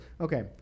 okay